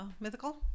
mythical